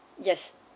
yes